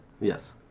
Yes